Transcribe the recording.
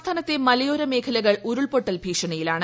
സംസ്ഥാനത്തെ മലയോര മേഖലകൾ ഉരുൾപൊട്ടൽ ഭീഷണിയിലാണ്